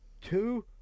two